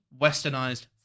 westernized